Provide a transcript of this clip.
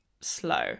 slow